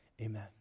Amen